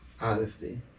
honesty